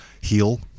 heal